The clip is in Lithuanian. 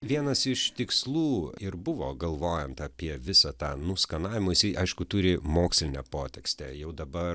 vienas iš tikslų ir buvo galvojant apie visą tą nuskanavimą jisai aišku turi mokslinę potekstę jau dabar